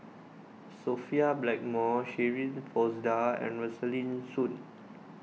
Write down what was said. Sophia Blackmore Shirin Fozdar and Rosaline Soon